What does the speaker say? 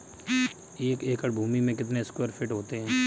एक एकड़ भूमि में कितने स्क्वायर फिट होते हैं?